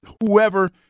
whoever